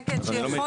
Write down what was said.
כן, כן.